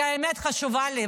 כי האמת חשובה לי.